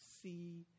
see